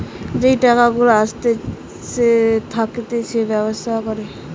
যেই টাকা গুলা আসতে থাকতিছে ব্যবসা করে